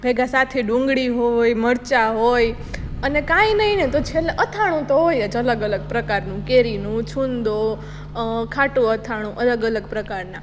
ભેગા સાથે ડુંગળી હોય મરચાં હોય અને કાંઈ નહીંને તો છેલ્લે અથાણું તો હોય જ અલગ અલગ પ્રકારનું કેરીનું છુંદો ખાટું અથાણું અલગ અલગ પ્રકારના